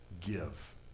give